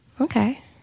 Okay